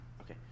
Okay